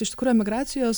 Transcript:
iš tikrųjų emigracijos